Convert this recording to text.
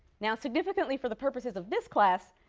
now significantly, for the purposes of this class,